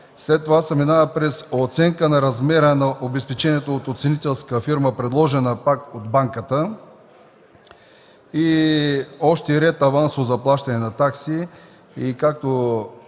след това се минава през оценка на размера на обезпечението от оценителска фирма, предложена пак от банката, и още ред авансово заплащане на такси. Както